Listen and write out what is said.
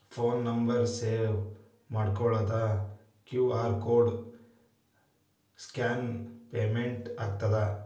Phone number save ಮಾಡಿಕೊಳ್ಳದ QR code scan payment ಆಗತ್ತಾ?